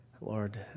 Lord